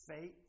faith